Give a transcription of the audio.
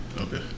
Okay